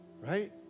Right